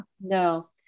No